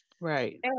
Right